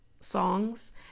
songs